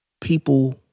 people